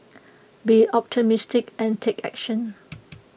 be optimistic and take action